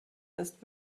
ist